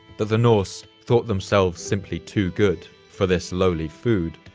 the the norse thought themselves simply too good for this lowly food.